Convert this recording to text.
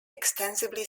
extensively